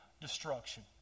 Destruction